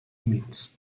humits